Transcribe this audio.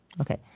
Okay